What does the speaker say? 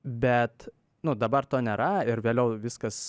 bet nu dabar to nėra ir vėliau viskas